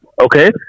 okay